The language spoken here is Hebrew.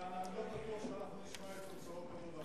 ואני לא בטוח שנשמע את תוצאות עבודתה.